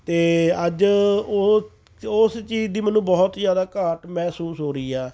ਅਤੇ ਅੱਜ ਉਹ ਉਸ ਚੀਜ਼ ਦੀ ਮੈਨੂੰ ਬਹੁਤ ਜ਼ਿਆਦਾ ਘਾਟ ਮਹਿਸੂਸ ਹੋ ਰਹੀ ਆ